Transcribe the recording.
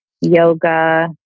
yoga